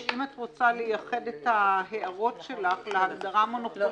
שאם את רוצה לייחד את ההערות שלך להגדרה מונופולין,